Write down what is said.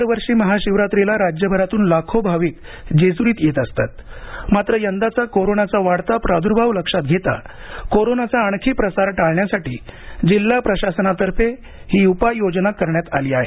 दरवर्षी महाशिवरात्रीला राज्यभरातून लाखो भाविक जेज्रीत येत असतात मात्र यंदाचा कोरोनाचा वाढता प्रादुर्भाव लक्षात घेता कोरोनाचा आणखी प्रसार टाळण्यासाठी जिल्हा प्रशासनातर्फे ही उपाय योजना करण्यात आली आहे